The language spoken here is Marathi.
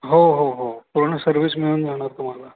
हो हो हो पूर्ण सर्विस मिळून जाणार तुम्हाला